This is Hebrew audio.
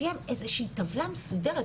שתהיה איזושהי טבלה מסודרת,